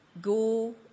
Go